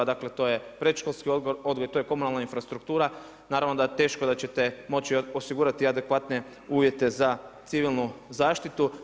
Dakle, to je predškolski odgoj, to je komunalna infrastruktura naravno da teško da ćete moći osigurati adekvatne uvjete za civilnu zaštitu.